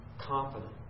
confident